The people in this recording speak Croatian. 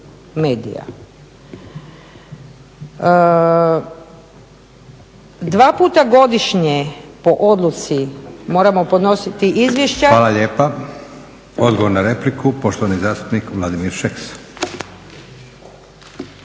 Dva puta godišnje po odluci moramo podnositi izvješća … **Leko, Josip (SDP)** Hvala lijepa. Odgovor na repliku, poštovani zastupnik Vladimir Šeks.